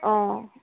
অঁ